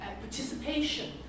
participation